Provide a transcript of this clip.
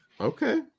Okay